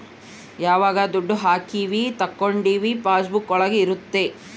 ಯಾವಾಗ ದುಡ್ಡು ಹಾಕೀವಿ ತಕ್ಕೊಂಡಿವಿ ಪಾಸ್ ಬುಕ್ ಒಳಗ ಇರುತ್ತೆ